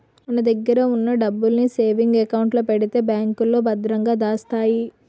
మన దగ్గర ఉన్న డబ్బుల్ని సేవింగ్ అకౌంట్ లో పెడితే బ్యాంకులో భద్రంగా దాస్తాయి